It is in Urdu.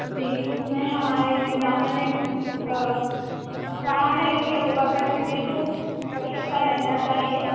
جی اس میں ہمارے انتظامیہ نے کہا ہے کہ ابو بکر صدیق کو حصہ لینا چاہیے